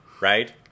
right